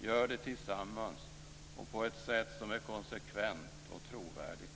gör det tillsammans och på ett sätt som är konsekvent och trovärdigt.